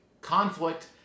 conflict